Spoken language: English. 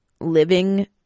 living